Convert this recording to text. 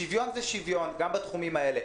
שוויון זה שוויון, גם בתחומים האלה.